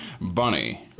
Bunny